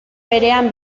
berean